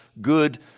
good